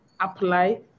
apply